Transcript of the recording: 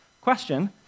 Question